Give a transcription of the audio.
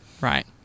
Right